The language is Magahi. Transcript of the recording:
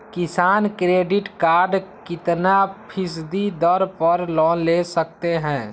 किसान क्रेडिट कार्ड कितना फीसदी दर पर लोन ले सकते हैं?